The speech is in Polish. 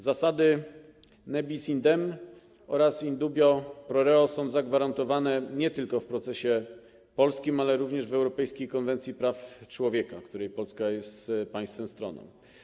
Zasady ne bis in idem oraz in dubio pro reo są zagwarantowane nie tylko w procesie polskim, lecz także w Europejskiej konwencji praw człowieka, której Polska jest państwem stroną.